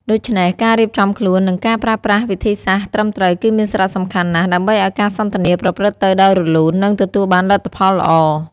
ដូច្នេះ ការរៀបចំខ្លួន និងការប្រើប្រាស់វិធីសាស្ត្រត្រឹមត្រូវគឺមានសារៈសំខាន់ណាស់ ដើម្បីឱ្យការសន្ទនាប្រព្រឹត្តទៅដោយរលូន និងទទួលបានលទ្ធផលល្អ។